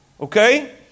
Okay